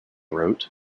wrote